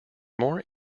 more